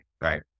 right